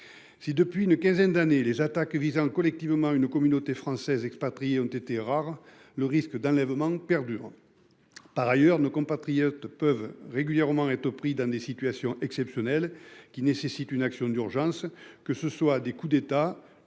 Si depuis une quinzaine d'années, les attaques visant collectivement une communauté française expatriée ont été rares. Le risque d'enlèvement perdure. Par ailleurs, nos compatriotes peuvent régulièrement au pris dans des situations exceptionnelles qui nécessite une action d'urgence, que ce soit des coups d'État.